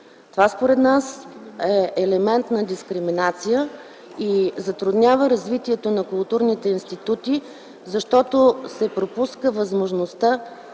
Това според нас е елемент на дискриминация и затруднява развитието на културните институти, защото се пропуска възможността